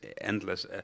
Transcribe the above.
endless